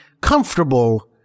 comfortable